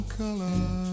color